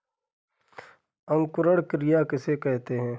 अंकुरण क्रिया किसे कहते हैं?